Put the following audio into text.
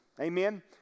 Amen